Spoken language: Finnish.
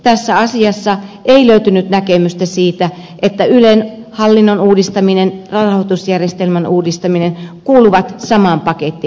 tässä asiassa ei löytynyt näkemystä siitä että ylen hallinnon uudistaminen rahoitusjärjestelmän uudistaminen kuuluvat samaan pakettiin